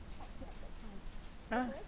ah